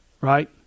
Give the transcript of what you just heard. Right